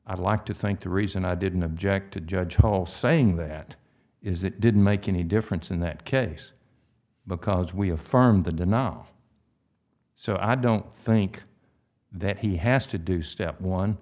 i'd like to think the reason i didn't object to judge paul saying that is it didn't make any difference in that case because we affirm the now so i don't think that he has to do step one